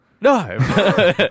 No